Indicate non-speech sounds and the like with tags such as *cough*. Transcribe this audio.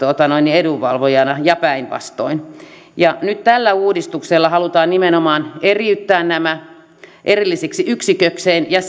edunvalvojana ja päinvastoin nyt tällä uudistuksella halutaan nimenomaan eriyttää nämä erillisiksi yksiköikseen ja *unintelligible*